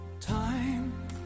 Time